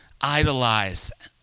idolize